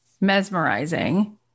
mesmerizing